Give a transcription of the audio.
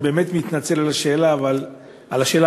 אני באמת מתנצל על השאלה הארוכה,